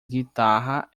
guitarra